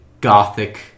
gothic